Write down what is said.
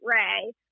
Ray